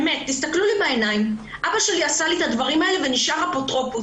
תסתכלו לי בעיניים: אבא שלי עשה לי את הדברים האלה ונשאר האפוטרופוס.